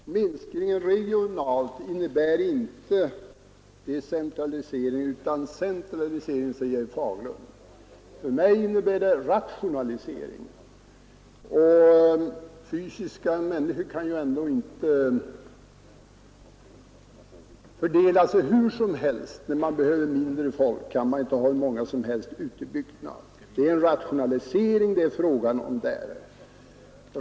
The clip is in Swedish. Herr talman! Minskningen regionalt innebär inte decentralisering utan centralisering, säger herr Fagerlund. För mig innebär det rationalisering. Och människor kan ju ändå inte fördelas hur som helst; när man behöver mindre folk kan man inte ha hur många som helst ute i bygderna. Det är en rationalisering det är fråga om.